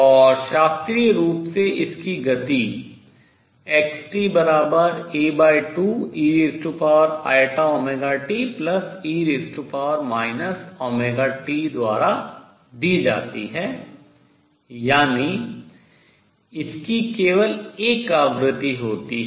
और शास्त्रीय रूप से इसकी गति द्वारा दी जाती है यानी इसकी केवल एक आवृत्ति होती है